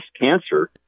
cancer